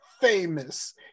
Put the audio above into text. famous